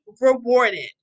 rewarded